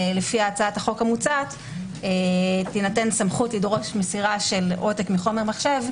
לפי הצעת החוק המוצעת תינתן סמכות לדרוש מסירה של עותק מחומר מחשב,